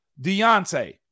Deontay